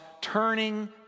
turning